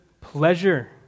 pleasure